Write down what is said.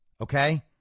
okay